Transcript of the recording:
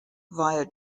via